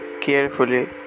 carefully